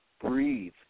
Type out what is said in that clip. breathe